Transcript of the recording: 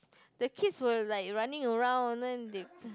the kids will like running around and then they